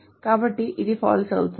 కాబట్టి ఇది false అవుతుంది